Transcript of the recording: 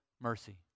mercy